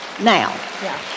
Now